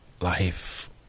life